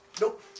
Nope